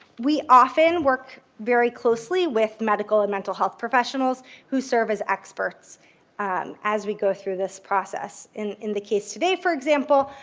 we often work very closely with medical and mental health professionals who serve as experts um as we go through this process. in in the case today, for example,